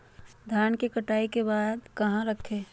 धान के कटाई के बाद कहा रखें?